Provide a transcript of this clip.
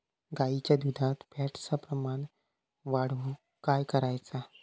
गाईच्या दुधात फॅटचा प्रमाण वाढवुक काय करायचा?